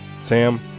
Sam